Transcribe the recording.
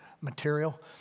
material